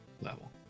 level